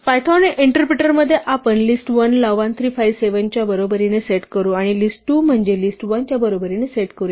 Python इंटरप्रिटरमध्ये आपण list1 ला 1 3 5 7 च्या बरोबरीने सेट करू आणि list2 म्हणजे list1 च्या बरोबरीने सेट करूया